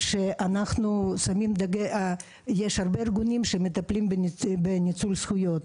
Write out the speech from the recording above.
רציתי להגיד שיש הרבה ארגונים שמטפלים במיצוי זכויות,